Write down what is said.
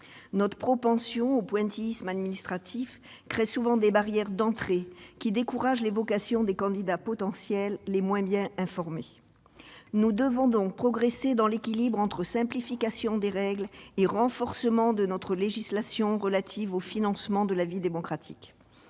Notre propension au pointillisme administratif crée souvent des barrières d'entrée qui découragent les vocations des candidats potentiels les moins bien informés. Nous devons donc progresser dans l'équilibre entre simplification des règles et renforcement de notre législation relative au financement de la vie démocratique.